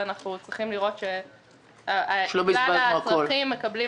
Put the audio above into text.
ואנחנו צריכים לראות שכלל הצרכים מקבלים